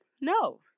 No